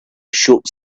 shots